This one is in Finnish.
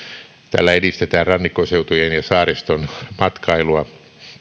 tällä edistetään rannikkoseutujen ja saariston matkailua